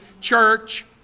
church